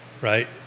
right